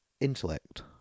intellect